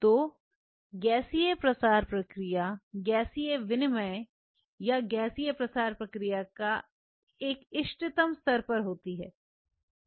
तो गैसीय प्रसार प्रक्रिया गैसीय विनिमय या गैसीय प्रसार प्रक्रिया एक इष्टतम स्तर पर होती है